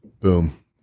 boom